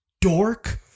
dork